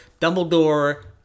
Dumbledore